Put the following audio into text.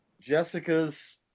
Jessica's